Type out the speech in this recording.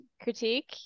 critique